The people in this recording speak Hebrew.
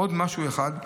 עוד משהו אחד.